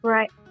Right